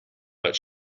but